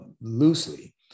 loosely